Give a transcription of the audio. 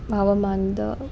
ಹವಮಾನದ